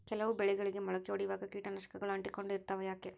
ಕೆಲವು ಬೆಳೆಗಳಿಗೆ ಮೊಳಕೆ ಒಡಿಯುವಾಗ ಕೇಟನಾಶಕಗಳು ಅಂಟಿಕೊಂಡು ಇರ್ತವ ಯಾಕೆ?